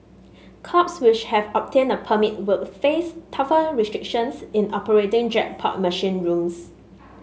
clubs which have obtained a permit will face tougher restrictions in operating jackpot machine rooms